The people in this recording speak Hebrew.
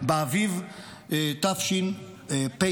באביב תשפ"ד.